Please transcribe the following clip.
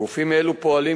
גופים אלו פועלים,